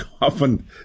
often